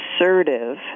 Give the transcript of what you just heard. assertive